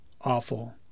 awful